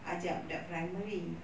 ajar budak primary